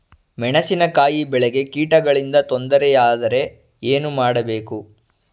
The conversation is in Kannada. ಮೆಣಸಿನಕಾಯಿ ಬೆಳೆಗೆ ಕೀಟಗಳಿಂದ ತೊಂದರೆ ಯಾದರೆ ಏನು ಮಾಡಬೇಕು?